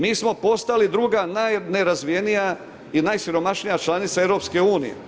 Mi smo postali druga najnerazvijenija i najsiromašnija članica EU.